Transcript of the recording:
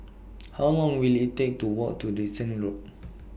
How Long Will IT Take to Walk to Dickson Road